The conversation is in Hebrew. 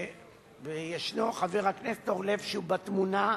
וישנו חבר הכנסת אורלב, שהוא בתמונה,